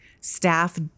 staff